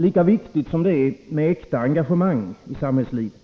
Lika viktigt som det är med äkta engagemang i samhällslivet,